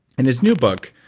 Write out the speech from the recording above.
and his new book,